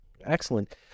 excellent